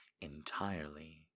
entirely